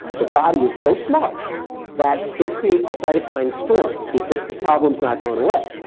the body is so smart that it creates a cytokine storm, because the problem is not going away.